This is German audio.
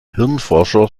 hirnforscher